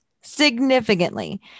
significantly